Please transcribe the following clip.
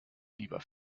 lieber